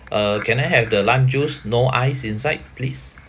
uh can I have the lime juice no ice inside please